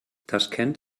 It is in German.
taschkent